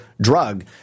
drug